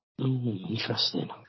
Interesting